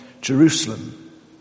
Jerusalem